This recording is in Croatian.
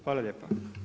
Hvala lijepa.